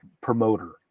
promoter